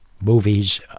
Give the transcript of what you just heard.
movies